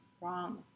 wrong